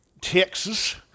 Texas